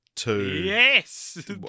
Yes